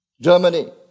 Germany